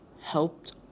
helped